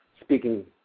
speaking